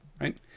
right